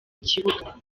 kibuga